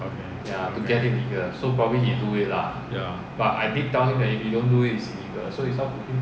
okay ya